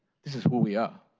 this is who we are.